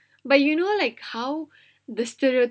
but you know like how the student